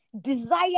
Desire